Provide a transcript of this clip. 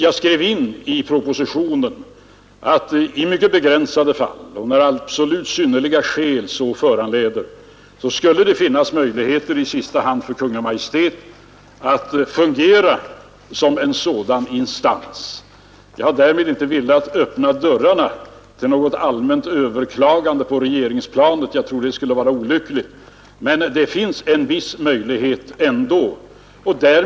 Jag skrev in i propositionen att i mycket begränsade fall och när absolut synnerliga skäl så föranleder, skulle det finnas möjlighet i sista hand för Kungl. Maj:t att fungera som en sådan instans. Jag har därmed inte velat öppna dörrarna för något allmänt överklagande på regeringsplanet — jag tror att det skulle vara olyckligt — men det finns ändå en viss möjlighet.